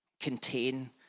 contain